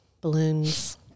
balloons